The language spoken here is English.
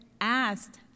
asked